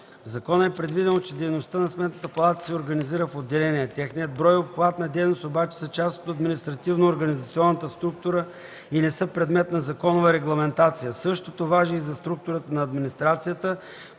закона е предвидено, че дейността на Сметната палата се организира в отделения. Техният брой и обхват на дейност обаче са част от административно-организационната структура и не са предмет на законова регламентация. Същото важи и за структурата на администрацията,